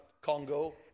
Congo